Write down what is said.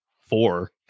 four